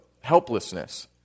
helplessness